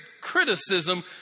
criticism